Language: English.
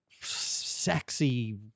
sexy